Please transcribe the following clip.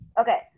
Okay